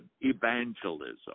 evangelism